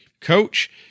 coach